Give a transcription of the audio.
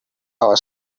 our